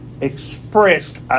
expressed